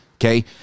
okay